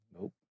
Nope